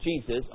Jesus